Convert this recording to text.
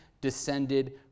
descended